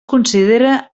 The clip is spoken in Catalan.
considera